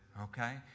Okay